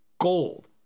gold